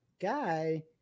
guy